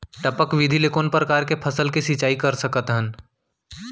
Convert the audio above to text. टपक विधि ले कोन परकार के फसल के सिंचाई कर सकत हन?